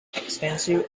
extensive